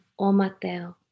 Omateo